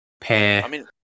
pair